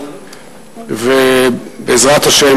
גברתי היושבת-ראש,